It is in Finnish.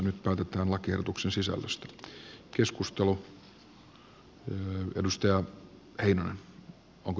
nyt päätetään lakiehdotuksen sisällöstä